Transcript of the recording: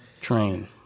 Train